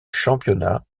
championnat